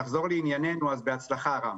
בהצלחה, רם.